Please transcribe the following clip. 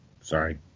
Sorry